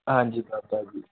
ਹਾਂਜੀ ਬਾਬਾ ਜੀ